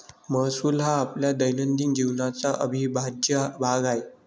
महसूल हा आपल्या दैनंदिन जीवनाचा अविभाज्य भाग आहे